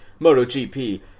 MotoGP